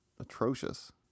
Atrocious